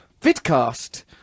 vidcast